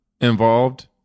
involved